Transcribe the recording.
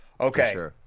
Okay